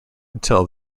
until